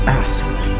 asked